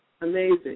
amazing